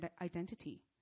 identity